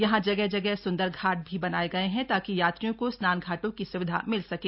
यहां जगह जगह सुंदर घाट भी बनाए गए हैं ताकि यात्रियों को स्नान घाटों की स्विधा मिल सके